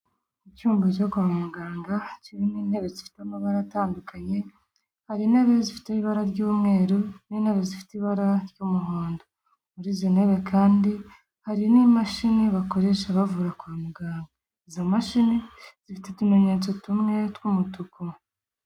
Icyumba cyo kwa muganga kirimo'intebe zifite amabara atandukanye, hari intebe zifite ibara ry'umweru n'intebe zifite ibara ry'umuhondo. Muri izi ntebe kandi hari n'imashini bakoresha bavura kwa muganga. Izo mashini zifite utumenyetso tumwe tw'umutuku.